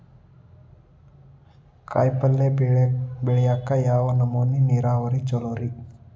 ಕಾಯಿಪಲ್ಯ ಬೆಳಿಯಾಕ ಯಾವ ನಮೂನಿ ನೇರಾವರಿ ಛಲೋ ರಿ?